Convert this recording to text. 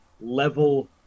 level